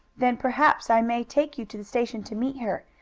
then, perhaps, i may take you to the station to meet her.